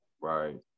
right